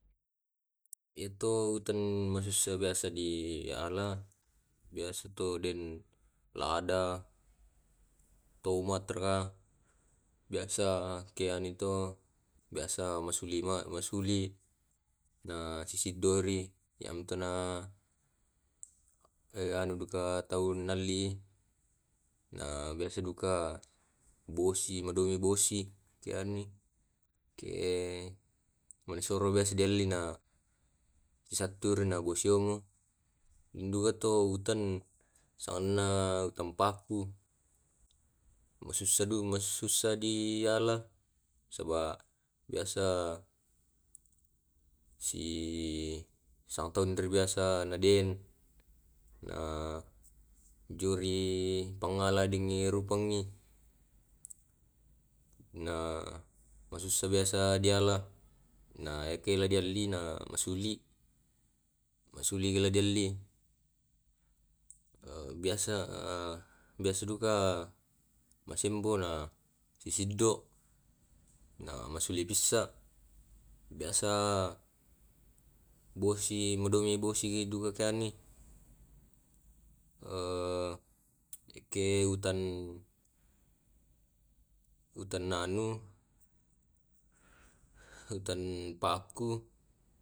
Yake ma kande kande magasa biasa jo tau anu tau btting, biasa tau bobori, biasa daging, biasa biasa to ke ani buda biasa pa. Bisa juku i kuala juku sapi kanena biasa wai waina to yake anuna gara gara na to. Biasa dialineng tu juku, mane di leto leto leto sibanti mane di bissai, di bissai to man dipatamani anu parasuan ke manasu metto mande palette di palette sule lako minan sea. Mandi patamai wai, mani parokkomi ntu sarre, kunyi, lada, iyamu tea to anu, anu perasa anunna supaya marasa juku yakke beppa.